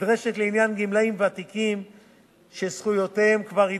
נדרשת לעניין גמלאים ותיקים שזכויותיהם כבר התגבשו,